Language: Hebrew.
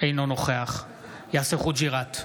אינו נוכח יאסר חוג'יראת,